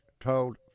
told